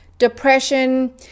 depression